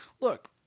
look